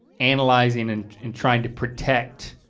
analyzing and and trying to protect.